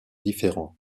différents